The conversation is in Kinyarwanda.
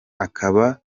akaba